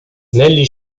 negli